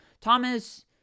Thomas